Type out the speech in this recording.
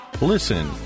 Listen